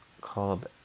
called